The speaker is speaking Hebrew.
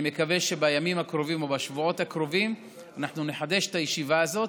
אני מקווה שבימים הקרובים ובשבועות הקרובים אנחנו נחדש את הישיבה הזאת.